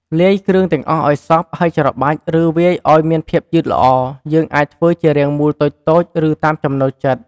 លាយគ្រឿងទាំងអស់ឱ្យសព្វ ហើយច្របាច់ ឬវាយសាច់ឱ្យមានភាពយឺតល្អ។យើងអាចធ្វើជារាងមូលតូចៗ ឬតាមចំណូលចិត្ត។